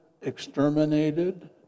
exterminated